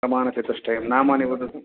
प्रमाणचतुष्टयं नामानि वदतु